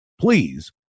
please